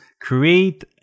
Create